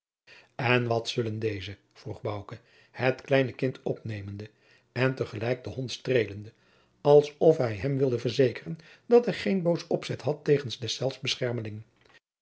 en wat zullen deze vroeg bouke het kleine kind opnemende en te gelijk den hond streelende als of hij hem wilde verzekeren dat hij geen boos opzet had tegen deszelfs beschermeling